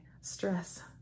stress